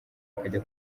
akajya